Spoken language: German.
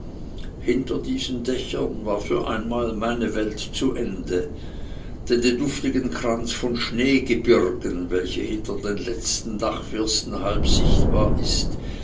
hinter diesen dächern war für einmal meine welt zu ende denn den duftigen kranz von schneegebirgen welcher hinter den letzten dachfirsten halb sichtbar ist